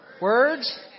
Words